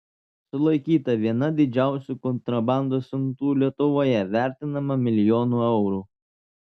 sulaikyta viena didžiausių kontrabandos siuntų lietuvoje vertinama milijonu eurų